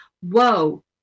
whoa